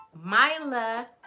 Myla